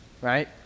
right